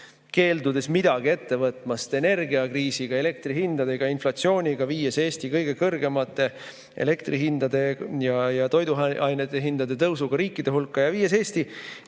keeldudes midagi ette võtmast energiakriisi, elektrihindade ja inflatsiooniga, viies Eesti kõige kõrgemate elektrihindade ja suurima toiduainete hindade tõusuga riikide hulka, viies Eesti